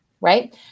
right